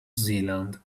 zealand